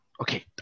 Okay